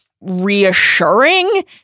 reassuring